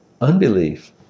Unbelief